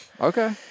Okay